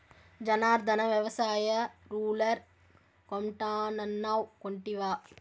జనార్ధన, వ్యవసాయ రూలర్ కొంటానన్నావ్ కొంటివా